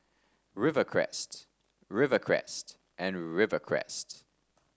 Rivercrest Rivercrest and Rivercrest